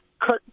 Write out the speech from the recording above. cut